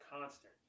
constant